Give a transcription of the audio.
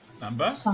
Number